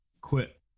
quit